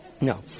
no